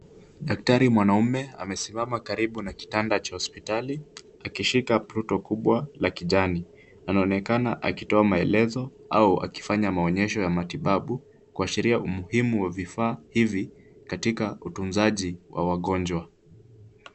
Daktari mwanaume amesimama karibu na kitanda cha hosipitali, akishika pruto kubwa la kijani. Anaonekana akitoka maelezo au akifanya maonyesho ya matibabu, kuashiria umuhimu wa vifaa hivi katika utunzaji wa wagonjwa.